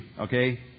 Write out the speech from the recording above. okay